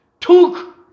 took